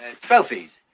Trophies